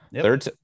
Third